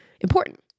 important